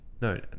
no